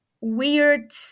weird